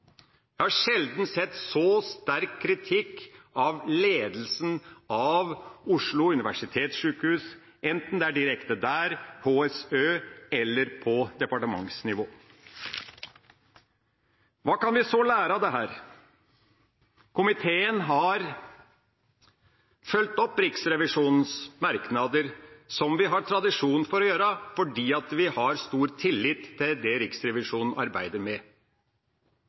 Jeg har sjelden sett så sterk kritikk av ledelsen av Oslo universitetssykehus, enten det er direkte der, i Helse Sør-Øst eller på departementsnivå. Hva kan vi så lære av dette? Komiteen har fulgt opp Riksrevisjonens merknader, som vi har tradisjon for å gjøre, fordi vi har stor tillit til det Riksrevisjonen arbeider med.